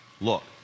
Look